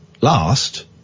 last